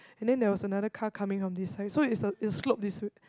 and then there was another car coming on this side so it's a it slope this way